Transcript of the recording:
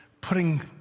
putting